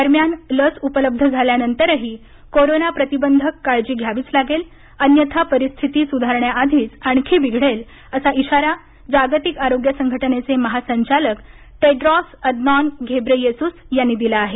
दरम्यान लस उपलब्ध झाल्यानंतरही कोरोना प्रतिबंधक काळजी घ्यावीच लागेल अन्यथा परिस्थिती सुधारण्याआधीच आणखी बिघडेल असा इशारा जागतिक आरोग्य संघटनेचे महासंचालक टेड्रॉस अदनॉन घेब्रेयेसुस यांनी दिला आहे